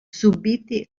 subite